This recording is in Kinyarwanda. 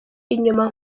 inyuma